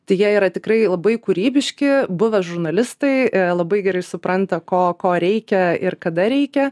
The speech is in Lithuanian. tai jie yra tikrai labai kūrybiški buvę žurnalistai labai gerai supranta ko ko reikia ir kada reikia